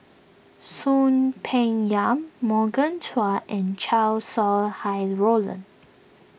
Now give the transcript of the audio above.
Soon Peng Yam Morgan Chua and Chow Sau Hai Roland